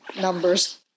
numbers